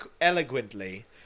Eloquently